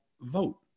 vote